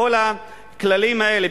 בכל הכללים האלה,